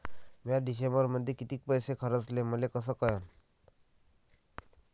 म्या डिसेंबरमध्ये कितीक पैसे खर्चले मले कस कळन?